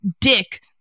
dick